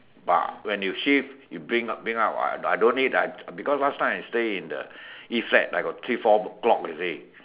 but when you shift you bring out bring out I I don't need because last time I stay in the East flat I got three four clock you see